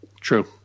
True